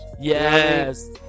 Yes